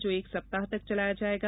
जो एक सप्ताह तक चलाया जायेगा